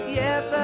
yes